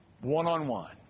one-on-one